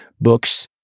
books